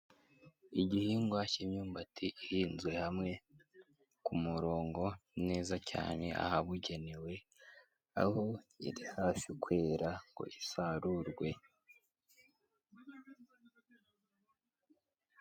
Igihingwa cy'imyumbati ihinzwe hamwe ku murongo neza cyane ahabugenewe, aho iri hafi kwera ngo isarurwe.